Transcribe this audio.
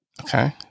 Okay